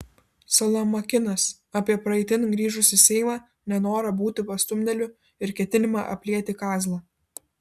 salamakinas apie praeitin grįžusį seimą nenorą būti pastumdėliu ir ketinimą aplieti kazlą